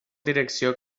direcció